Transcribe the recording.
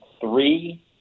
three